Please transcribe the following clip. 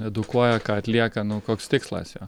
edukuoja ką atlieka nu koks tikslas jo